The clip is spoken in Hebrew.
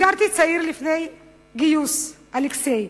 הכרתי צעיר לפני גיוס, אלכסיי,